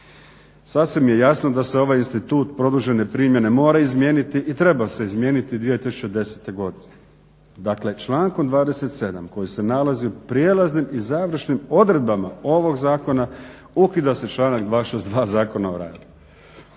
Sasvim je jasno da se ovaj institut produžene primjene mora izmijeniti i treba se izmijeniti 2010. godine. Dakle, člankom 27. koji se nalazi u prijelaznim i završnim odredbama ovog zakona ukida se članak 262. Zakona o radu.